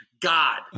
God